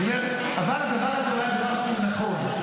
אבל הדבר הזה הוא היה דבר שהוא נכון.